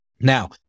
Now